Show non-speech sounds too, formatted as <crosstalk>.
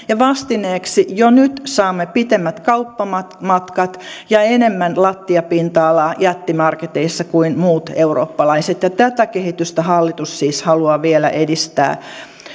<unintelligible> ja vastineeksi jo nyt saamme pitemmät kauppamatkat ja enemmän lattiapinta alaa jättimarketeissa kuin muut eurooppalaiset tätä kehitystä hallitus siis haluaa vielä edistää